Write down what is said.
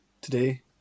today